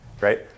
right